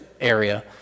area